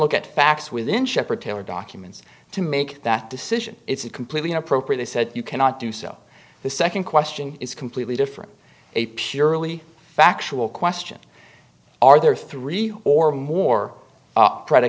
look at facts within shepherd taylor documents to make that decision it's a completely inappropriate they said you cannot do so the second question is completely different a purely factual question are there three or more